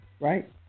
right